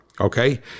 Okay